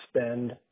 spend